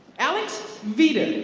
alex vita.